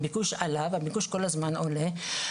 הביקוש עלה והוא כל הזמן עולה.